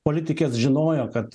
politikės žinojo kad